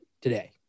today